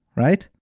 right?